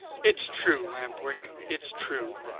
it's true, lamp-wick, it's true.